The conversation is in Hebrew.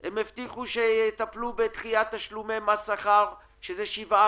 -- הם הבטיחו שיטפלו בדחיית תשלומי מס שכר שזה 7%,